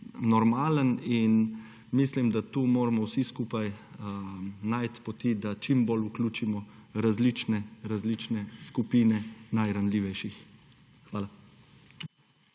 desetletij. In mislim, da tu moramo vsi skupaj najti poti, da čimbolj vključimo različne skupine najranljivejših. Hvala.